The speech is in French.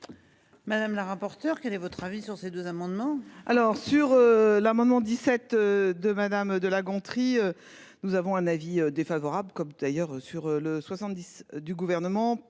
Madame la rapporteure. Quel est votre avis sur ces deux amendements. Alors sur l'amendement 17 de madame de La Gontrie. Nous avons un avis défavorable, comme d'ailleurs sur le 70 du Gouvernement